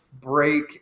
break